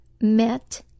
met